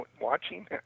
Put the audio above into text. watching